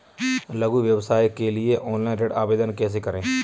लघु व्यवसाय के लिए ऑनलाइन ऋण आवेदन कैसे करें?